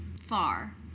Far